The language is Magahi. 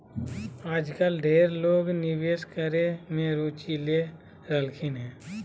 आजकल ढेर लोग निवेश करे मे रुचि ले रहलखिन हें